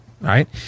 right